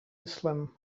islam